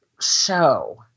show